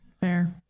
Fair